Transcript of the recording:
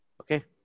Okay